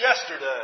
yesterday